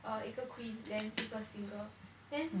err 一个 queen then 一个 single then